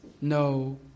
no